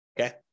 Okay